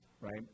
right